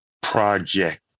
project